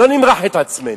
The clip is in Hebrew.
לא נמרח את עצמנו.